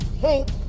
hope